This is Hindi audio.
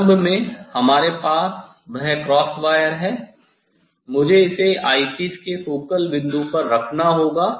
प्रारंभ में हमारे पास वह क्रॉस वायर है मुझे इसे आईपीस के फोकल बिंदु पर रखना होगा